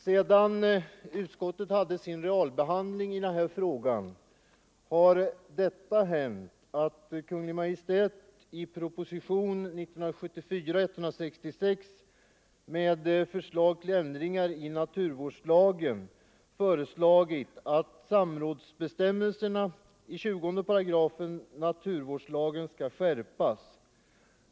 Sedan utskottet realbehandlade denna fråga har Kungl. Maj:t i propositionen 166 i år med förslag till ändringar i naturvårdslagen föreslagit att samrådsbestämmelserna i 20 § naturvårdslagen skall skärpas.